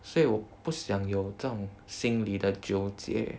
所以我不想有这种心里的纠结